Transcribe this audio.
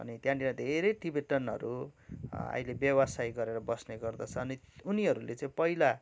अनि त्यहाँनिर धेरै टिबिटेनहरू अहिले व्यवसाय गरेर बस्ने गर्दछ अनि उनीहरूले चाहिँ पहिला